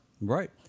Right